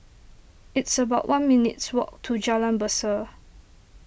it's about one minutes' walk to Jalan Berseh